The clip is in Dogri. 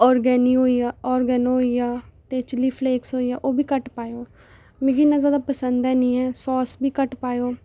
ओरगैनी होई गेआ ओरगैनो होई गेआ ते चिली फ्लेक्स होई गेआ ओह् बी घट्ट पाएओ मिगी इन्ना जादा पसंद हैनी ऐ सोस बी घट्ट पाएओ